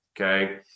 Okay